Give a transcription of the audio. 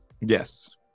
Yes